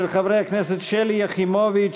של חברי הכנסת שלי יחימוביץ,